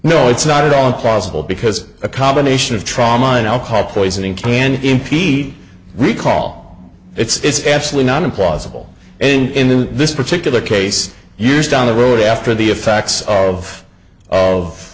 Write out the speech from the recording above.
no it's not at all possible because a combination of trauma and alcohol poisoning can impede recall it's actually not implausible and in this particular case years down the road after the effects of of